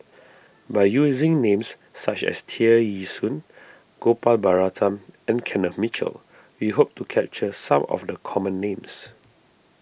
by using names such as Tear Ee Soon Gopal Baratham and Kenneth Mitchell we hope to capture some of the common names